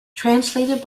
translated